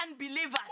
unbelievers